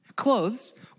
Clothes